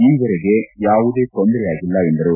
ಈವರೆಗೆ ಯಾವುದೇ ತೊಂದರಯಾಗಿಲ್ಲ ಎಂದರು